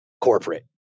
corporate